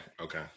okay